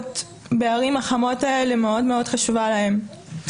בערים החמות האלה מאוד מאוד חשובה להם.